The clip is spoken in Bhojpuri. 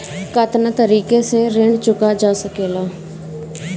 कातना तरीके से ऋण चुका जा सेकला?